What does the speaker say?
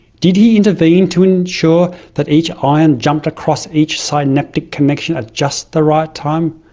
did he intervene to ensure that each ion jumped across each synaptic connection at just the right time?